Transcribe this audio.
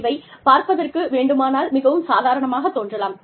இவை பார்ப்பதற்கு வேண்டுமானால் மிகவும் சாதாரணமானதாகத் தோன்றலாம்